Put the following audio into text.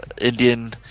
Indian